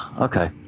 Okay